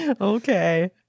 Okay